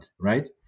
right